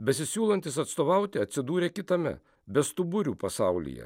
besisiūlantys atstovauti atsidūrė kitame bestuburių pasaulyje